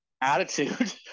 attitude